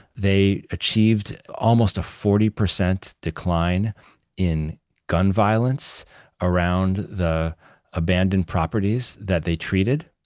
they achieved almost a forty percent decline in gun violence around the abandoned properties that they treated.